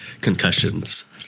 concussions